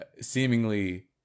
seemingly